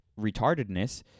retardedness